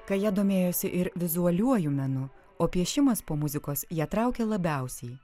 kaja domėjosi ir vizualiuoju menu o piešimas po muzikos ją traukė labiausiai